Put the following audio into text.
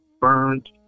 burned